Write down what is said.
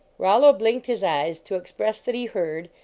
rollo blinked his eyes to express that he heard,